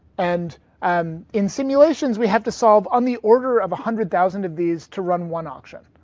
and and in simulations we have to solve on the order of a hundred thousand of these to run one auction.